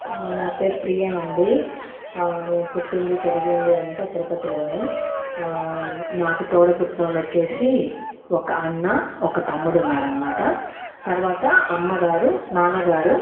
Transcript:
నా పేరు ప్రియా అండి నేను పుట్టింది పెరిగింది అంతా తిరుపతిలోనే నాకు తోడబుట్టినోల్లొచ్చేసి ఒక అన్న ఒక తమ్ముడు ఉన్నాడనమాట తర్వాత అమ్మగారు నాన్నగారు